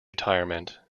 retirement